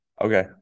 okay